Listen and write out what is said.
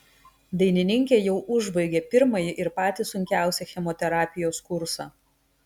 dainininkė jau užbaigė pirmąjį ir patį sunkiausią chemoterapijos kursą